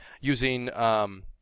using